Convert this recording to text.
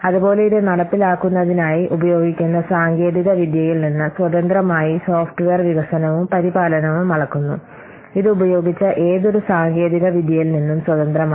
അതുപോലെ ഇത് നടപ്പിലാക്കുന്നതിനായി ഉപയോഗിക്കുന്ന സാങ്കേതികവിദ്യയിൽ നിന്ന് സ്വതന്ത്രമായി സോഫ്റ്റ്വെയർ വികസനവും പരിപാലനവും അളക്കുന്നു ഇത് ഉപയോഗിച്ച ഏതൊരു സാങ്കേതികവിദ്യയിൽ നിന്നും സ്വതന്ത്രമാണ്